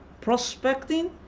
prospecting